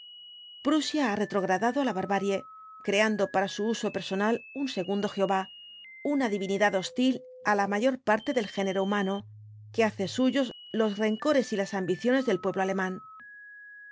prusia ha retrogradado á la barbarie creando para su uso personal un segundo jehová una divinidad hostil á la mayor parte del género humano que hace suyos los rencores y las ambiciones del pueblo alemán los